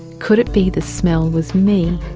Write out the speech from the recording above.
could it be the smell was me?